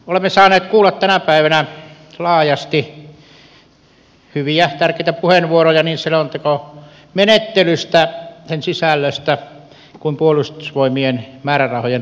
olemme saaneet kuulla tänä päivänä laajasti hyviä tärkeitä puheenvuoroja niin selontekomenettelystä sen sisällöstä kuin puolustusvoimien määrärahojen riittävyydestä